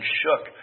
shook